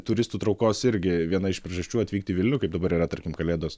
turistų traukos irgi viena iš priežasčių atvykti į vilnių kaip dabar yra tarkim kalėdos